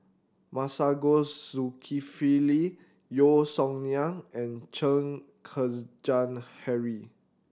Masagos Zulkifli Yeo Song Nian and Chen Kezhan Henri